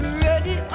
ready